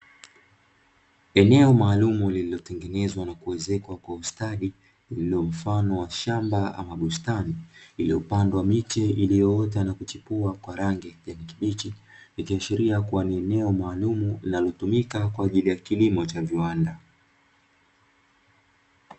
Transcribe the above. Eneo maalumu lililotengenezwa na kuezekwa kwa ustadi lililo mfano wa shamba au bustani iliyopandwa miche, iliyoota na kuchipua kwa rangi ya kijani kibichi, ikiashiria kuwa ni eneo maalumu linalotumika kwa ajili ya kilimo cha viwanda.